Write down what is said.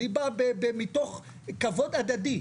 אני בא מתוך כבוד הדדי,